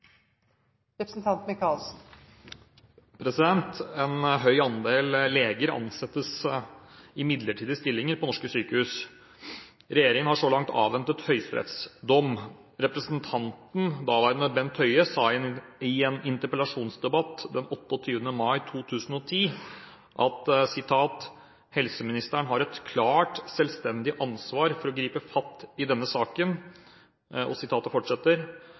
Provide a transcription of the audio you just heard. Representanten Bent Høie sa i en interpellasjonsdebatt 28. mai 2010 at «helseministeren har et klart, selvstendig ansvar for å gripe fatt i denne saken [...] Og